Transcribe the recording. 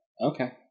Okay